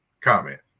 Comment